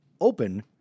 open